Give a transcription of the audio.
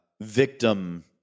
victim